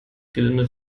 gerlinde